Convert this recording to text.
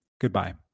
Goodbye